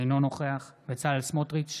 אינו נוכח בצלאל סמוטריץ'